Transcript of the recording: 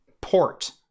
port